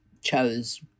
chose